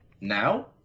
Now